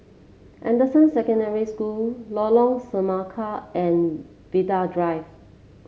Anderson Secondary School Lorong Semangka and Vanda Drive